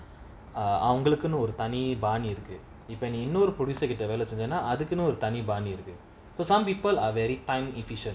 a anglican or the tiny barney etiquette if any known producer could develop and ah other than all the tiny barney looking for some people are very time efficient